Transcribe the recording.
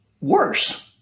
worse